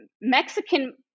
Mexican